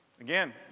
Again